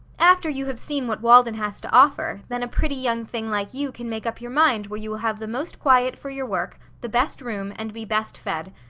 after you have seen what walden has to offer, then a pretty young thing like you can make up your mind where you will have the most quiet fer your work, the best room, and be best fed.